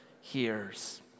hears